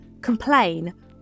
complain